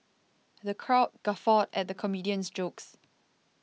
the crowd guffawed at the comedian's jokes